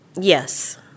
Yes